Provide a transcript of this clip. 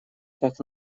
как